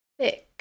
thick